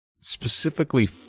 specifically